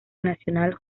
nacional